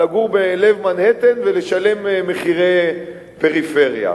לגור בלב מנהטן ולשלם מחירי פריפריה.